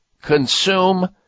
consume